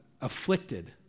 afflicted